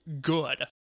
good